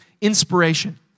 inspiration